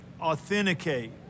authenticate